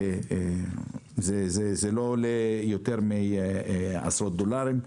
זה לא עולה יותר מעשרות דולרים,